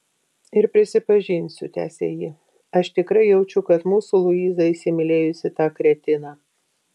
ir prisipažinsiu tęsė ji aš tikrai jaučiu kad mūsų luiza įsimylėjusi tą kretiną